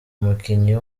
umukinnyi